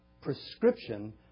prescription